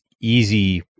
easy